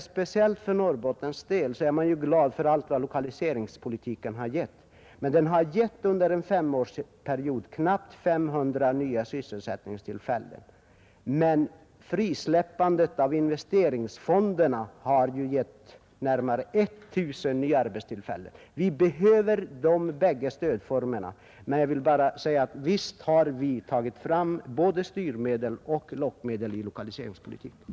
Speciellt för Norrbottens del är man ju glad för allt vad lokaliseringspolitiken har gett, men den har bara åstadkommit knappt 500 nya sysselsättningstillfällen under en femårsperiod. Däremot har frisläppandet av investeringsfonderna gett närmare 19000 nya arbetstillfällen. Vi behöver alltså bägge dessa stödformer. Jag vill till sist än en gång säga, att visst har vi tagit fram både styrmedel och lockmedel i lokaliseringspolitiken.